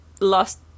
lost